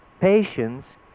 Patience